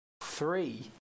three